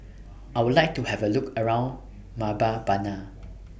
I Would like to Have A Look around Mbabana